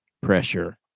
pressure